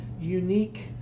unique